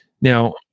now